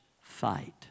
fight